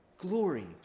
Glory